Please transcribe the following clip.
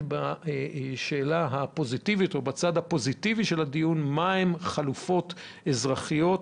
בצד הפוזיטיבי של הדיון מהן החלופות האזרחיות